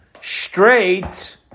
straight